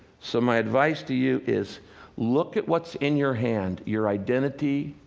so my advice to you is look at what's in your hand your identity,